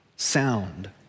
Sound